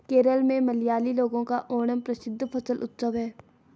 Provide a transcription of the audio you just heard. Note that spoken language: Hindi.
केरल में मलयाली लोगों का ओणम प्रसिद्ध फसल उत्सव है